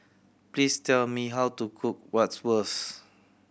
please tell me how to cook Bratwurst